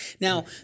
Now